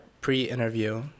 pre-interview